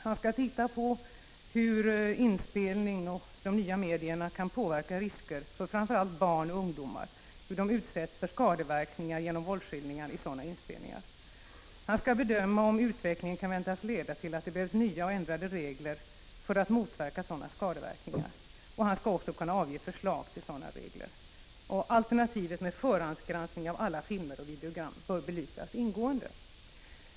Han skall se över hur de nya medierna kan påverka risker för att framför allt barn och ungdomar utsätts för skadeverkningar genom våldsskildringar i sådana inspelningar. Han skall bedöma om utvecklingen kan väntas leda till att det behövs nya och ändrade regler för att förhindra skadeverkningar. Han skall också kunna avge förslag till sådana regler. Alternativet med förhandsgranskning av alla filmer och videogram bör belysas ingående.